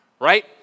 Right